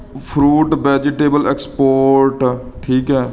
fruit vegetable export ਠੀਕ ਹੈ